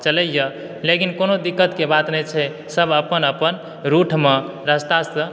चलै यऽ लेकिन कोनो दिक्कत के बात नहि छै सब अपन अपन रूट मे रास्ता सॅं